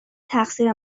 تقصیر